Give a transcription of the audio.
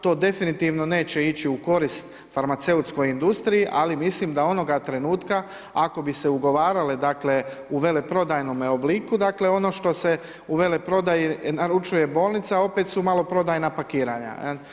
To definitivno neće ići u korist farmaceutskoj industriji, ali mislim da onoga trenutka ako bi se ugovarale dakle u veleprodajnome obliku dakle ono što se u veleprodaji naručuje bolnica opet su maloprodajna pakiranja.